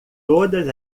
todas